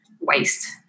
waste